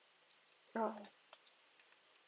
oh